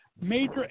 major